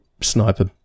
Sniper